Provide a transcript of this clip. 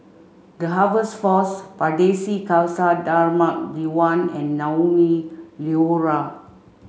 the Harvest Force Pardesi Khalsa Dharmak Diwan and Naumi Liora